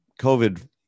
covid